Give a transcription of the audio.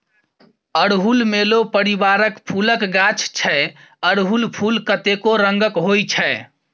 अड़हुल मेलो परिबारक फुलक गाछ छै अरहुल फुल कतेको रंगक होइ छै